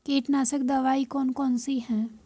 कीटनाशक दवाई कौन कौन सी हैं?